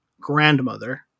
grandmother